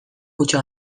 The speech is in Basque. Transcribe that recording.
kutxa